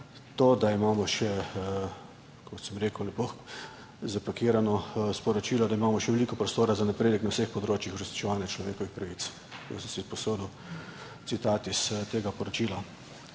to, da imamo še, kot sem rekel, lepo zapakirano sporočilo, da imamo še veliko prostora za napredek na vseh področjih uresničevanja človekovih pravic. Sem si sposodil citat iz tega poročila.